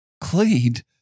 cleaned